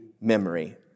memory